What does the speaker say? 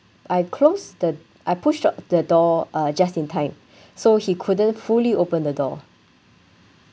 I closed the I pushed on the door uh just in time so he couldn't fully open the door